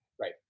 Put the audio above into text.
right